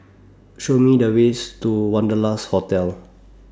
Show Me The ways to Wanderlust Hotel